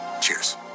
Cheers